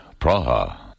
Praha